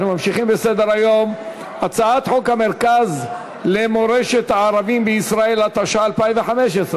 ההצעה לסדר-היום תועבר לוועדת הפנים והגנת הסביבה של הכנסת.